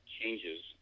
changes